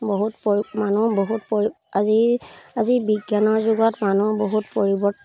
বহুত পৰি মানুহ বহুত পৰি আজি আজি বিজ্ঞানৰ যুগত মানুহ বহুত পৰিৱ পৰিৱৰ্তন